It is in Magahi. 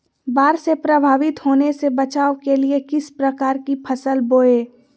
बाढ़ से प्रभावित होने से बचाव के लिए किस प्रकार की फसल बोए?